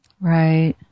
Right